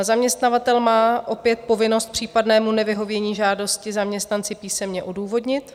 Zaměstnavatel má opět povinnost případné nevyhovění žádosti zaměstnanci písemně odůvodnit.